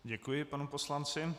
Děkuji panu poslanci.